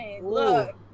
Look